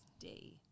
day